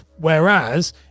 Whereas